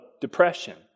depression